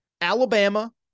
Alabama